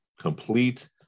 Complete